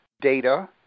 data